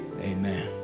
amen